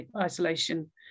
isolation